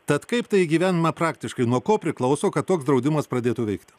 tad kaip tai į gyvendinama praktiškai nuo ko priklauso kad toks draudimas pradėtų veikti